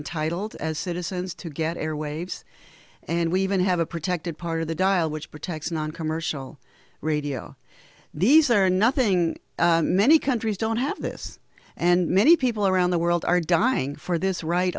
entitled as citizens to get airwaves and we even have a protected part of the dial which protects noncommercial radio these are nothing many countries don't have this and many people around the world are dying for this right